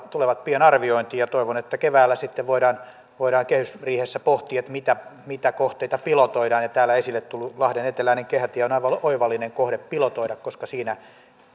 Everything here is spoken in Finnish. tulevat pian arviointiin ja toivon että keväällä sitten voidaan voidaan kehysriihessä pohtia mitä mitä kohteita pilotoidaan täällä esille tullut lahden eteläinen kehätie on aivan oivallinen kohde pilotoida koska siinä